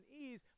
ease